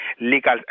legal